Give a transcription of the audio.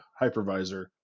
hypervisor